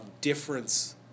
difference